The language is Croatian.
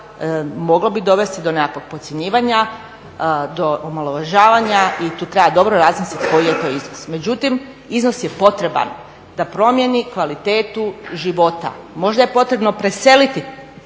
Moglo bi dovesti do nekakvog podcjenjivanja, do omalovažavanja i tu treba dobro razmisliti koji je to iznos. Međutim, iznos je potreban da promijeni kvalitetu života. Možda je potrebno preseliti